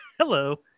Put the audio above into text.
Hello